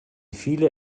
viele